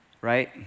right